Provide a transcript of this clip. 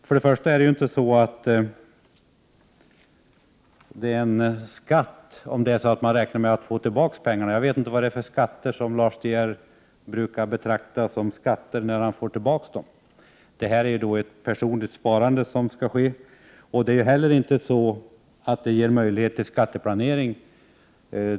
Jag vet inte om det är så att Lars De Geer betraktar det som skatt när han får tillbaka pengar. Det är här fråga om ett personligt sparande. Systemet ger inte möjlighet till skatteplanering.